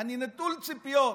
נטול ציפיות